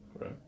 Right